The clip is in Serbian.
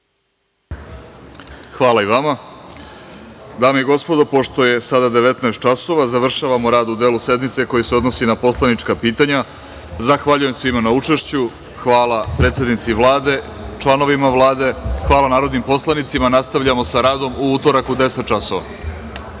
Hvala i vama. Dame i gospodo pošto je sada 19,00 časova završavamo rad u delu sednici koji se odnosi na poslanička pitanja. Zahvaljujem svima na učešću. Hvala predsednici Vlade, članovima Vlade, hvala narodnim poslanicima. Nastavljamo sa radom u utorak u 10,00